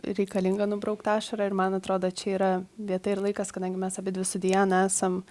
reikalinga nubraukt ašarą ir man atrodo čia yra vieta ir laikas kadangi mes abidvi su diana esam